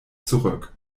zurück